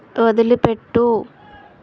వదిలిపెట్టు